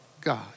God